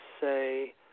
say